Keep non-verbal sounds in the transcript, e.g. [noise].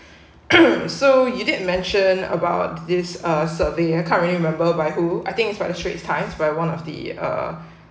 [coughs] so you did mention about this uh survey I can't really remember by who I think it's by the straits times by one of the uh